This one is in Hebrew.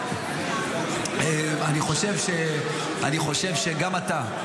אני חושב שגם אתה,